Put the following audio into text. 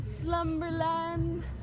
slumberland